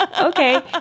Okay